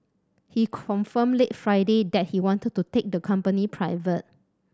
he confirmed late Friday that he wanted to take the company private